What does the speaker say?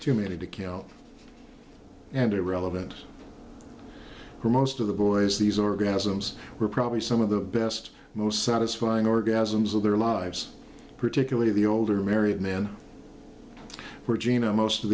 too many to kill and irrelevant for most of the boys these orgasms were probably some of the best most satisfying orgasms of their lives particularly the older married men were geno most of